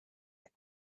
that